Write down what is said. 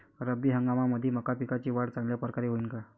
रब्बी हंगामामंदी मका पिकाची वाढ चांगल्या परकारे होईन का?